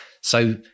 So-